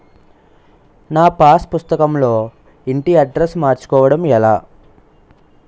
నా పాస్ పుస్తకం లో ఇంటి అడ్రెస్స్ మార్చుకోవటం ఎలా?